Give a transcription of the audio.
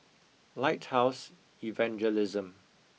Lighthouse Evangelism